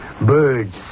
Birds